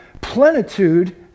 plenitude